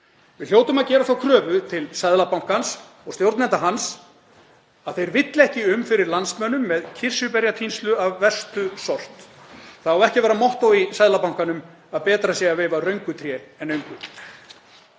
Við hljótum að gera þá kröfu til Seðlabankans og stjórnenda hans að þeir villi ekki um fyrir landsmönnum með kirsuberjatínslu af verstu sort. Það á ekki að vera mottó í Seðlabankanum að betra sé að veifa röngu tré en öngu.